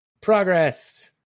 Progress